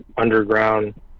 underground